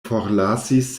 forlasis